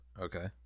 okay